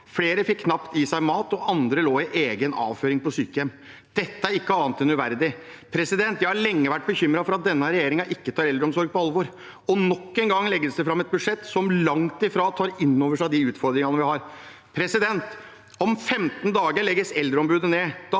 Flere fikk knapt i seg mat, og andre lå i egen avføring på sykehjem. Det er ikke annet enn uverdig. Jeg har lenge vært bekymret for at denne regjeringen ikke tar eldreomsorg på alvor, og nok en gang legges det fram et budsjett som langt ifra tar innover seg de utfordringene vi har. Om 15 dager legges Eldreombudet ned.